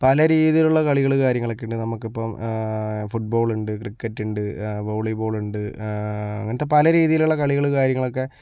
പല രീതിയിലുള്ള കളികള് കാര്യങ്ങൾ ഒക്കെയുണ്ട് നമുക്ക് ഇപ്പോ ഫുട്ബോൾ ഉണ്ട് ക്രിക്കറ്റ് ഉണ്ട് വോളിബോൾ ഉണ്ട് അങ്ങനത്തെ പലരീതിയിലുള്ള കളികൾ കാര്യങ്ങളൊക്കെ